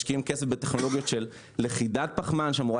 משקיעים כסף בטכנולוגיות של לכידת פחמן שאמורה